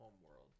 Homeworld